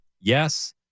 yes